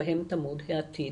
שבהן טמון העתיד